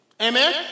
Amen